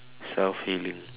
self healing